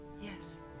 Yes